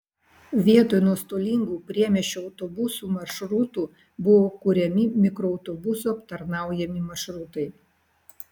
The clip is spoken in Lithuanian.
vietoj nuostolingų priemiesčio autobusų maršrutų buvo kuriami mikroautobusų aptarnaujami maršrutai